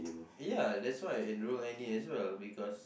ya that's why and Nurul-Aini as well because